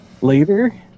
later